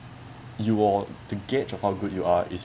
you want to gauge of how good you are is